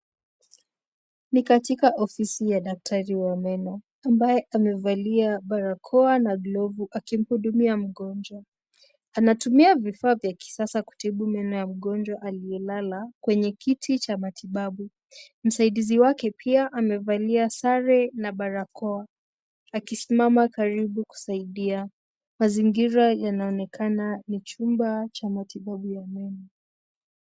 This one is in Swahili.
Ni katika ofisi ya daktari wa meno ambaye amevalia barakoa na glavu akimhudumia mgonjwa. Anatumia vifaa vya kisasa kutibu meno ya mgonjwa aliyelala kwenye kiti cha mgonjwa. Msaidizi wake pia amevalia sare na barakoa akisimama karibu kusaidia. Mazingira yanaonekana ni chumba cha matibabu ya meno.